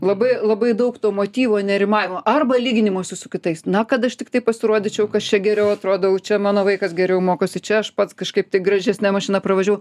labai labai daug to motyvo nerimavimo arba lyginimosi su kitais na kad aš tiktai pasirodyčiau kas čia geriau atrodau čia mano vaikas geriau mokosi čia aš pats kažkaip tai gražesne mašina pravaživau